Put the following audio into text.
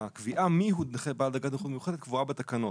הקביעה של מיהו נכה בעל דרגת נכות מיוחדת קבועה בתקנות.